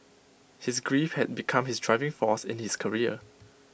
his grief had become his driving force in his career